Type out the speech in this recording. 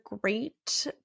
great